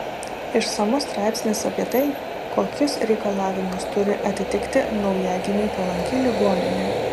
išsamus straipsnis apie tai kokius reikalavimus turi atitikti naujagimiui palanki ligoninė